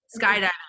Skydiving